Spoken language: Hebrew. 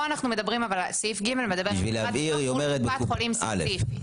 בשביל להבהיר היא אומרת בקופת חולים א'.